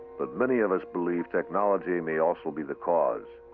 but many of us believe technology may also be the cause.